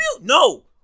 no